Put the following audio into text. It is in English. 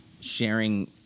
sharing